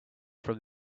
from